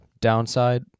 Downside